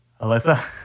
Alyssa